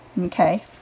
Okay